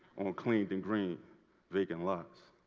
on cleaned and green vacant lots.